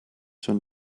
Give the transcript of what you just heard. schon